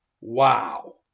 Wow